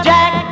Jack